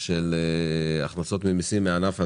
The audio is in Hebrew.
של הכנסות ממיסים מן הענף הזה.